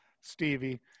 Stevie